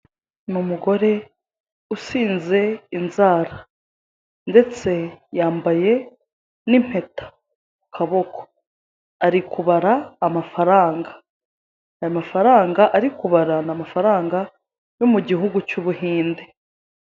Ni umugore usize inzara, ndetse yambaye n'impeta ku kaboko, ari kubera amafaranga, ayo mafaranga ari kubara ni amafaranga yo mu gihungu cy'u Buhinde.